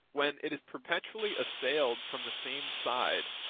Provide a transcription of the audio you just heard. when it is perpetually assailed from the same side,